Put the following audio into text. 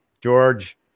George